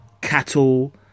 cattle